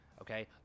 okay